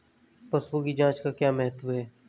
पशुओं की जांच का क्या महत्व है?